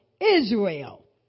israel